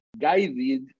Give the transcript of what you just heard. guided